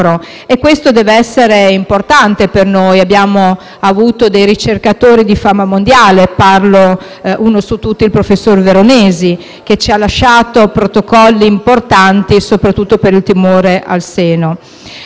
e questo deve essere importante per noi. Abbiamo avuto dei ricercatori di fama mondiale, uno su tutti il professor Veronesi, che ci ha lasciato protocolli fondamentali soprattutto per il tumore al seno.